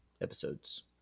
episodes